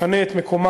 יפנו את מקומן